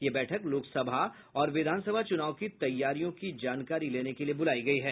यह बैठक लोकसभा और विधानसभा चुनाव की तैयारियों की जानकारी लेने के लिए बुलायी गई है